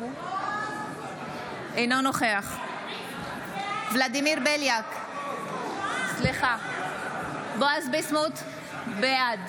בעד